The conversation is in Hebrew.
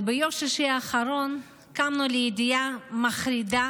אבל ביום שישי האחרון קמנו לידיעה מחרידה